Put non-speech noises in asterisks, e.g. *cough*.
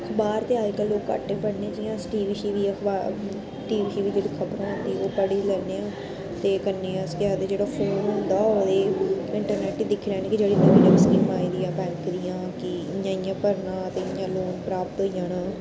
अख़बार ते अज्जकल लोग घट्ट गै पढ़ने जियां अस टीवी शीवी अखबारां टीवी *unintelligible* ओह् पढ़ी लैन्ने आं ते कन्नै गै अस केह् आखदे फोन ते कन्नै अस केह् आखदे फोन होंदा ओह्दे इंटरनेट दिक्खी लैने कि जेह्ड़ी नमीं नमीं स्कीमां आई दियां बैंक दियां कि इ'यां इयां भरना इ'यां लोन प्राप्त होई जाना